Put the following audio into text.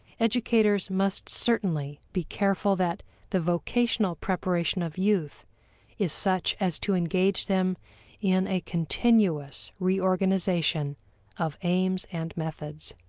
educators must certainly be careful that the vocational preparation of youth is such as to engage them in a continuous reorganization of aims and methods.